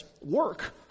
work